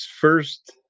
first